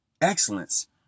Excellence